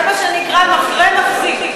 זה מה שנקרא "מחרה מחזיק".